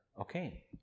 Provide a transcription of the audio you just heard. Okay